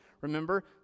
Remember